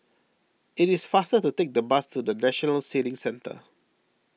it is faster to take the bus to National Sailing Centre